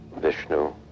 Vishnu